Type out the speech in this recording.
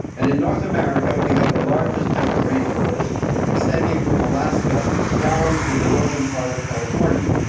and in north america we have the largest temperate rainforest extending from alaska down to the northern part of california,